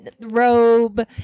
robe